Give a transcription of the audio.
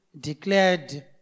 declared